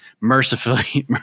mercifully